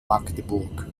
magdeburg